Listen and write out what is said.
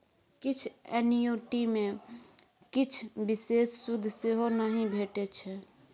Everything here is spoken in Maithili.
किछ एन्युटी मे किछ बिषेश सुद सेहो नहि भेटै छै